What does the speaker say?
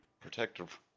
protective